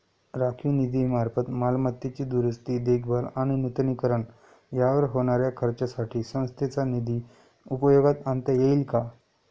राखीव निधीमार्फत मालमत्तेची दुरुस्ती, देखभाल आणि नूतनीकरण यावर होणाऱ्या खर्चासाठी संस्थेचा निधी उपयोगात आणता येईल का?